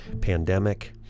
pandemic